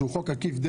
שהוא חוק עקיף,